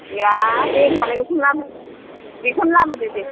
या दे होनबालाय बेखौनो लाबो बेखौनो लाबोदो दे